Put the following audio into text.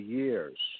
years